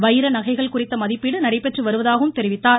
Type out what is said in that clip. வைர நகைகள் குறித்த மதிப்பீடு நடைபெற்று வருவதாகவும் தெரிவித்தார்